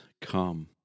come